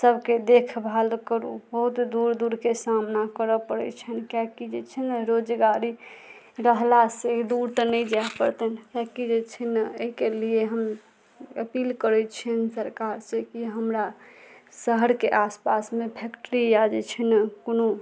सबके देखभाल करू बहुत दूर दूरके सामना करऽ पड़ै छै किएकि जे छै ने रोजगारी रहला सऽ दूर तऽ नहि जाय परतनि किएकि जे छै ने एहिके लिए हम अपील करै छियनि सरकार से कि हमरा शहरके आसपासमे फैक्ट्री या जे छै ने कोनो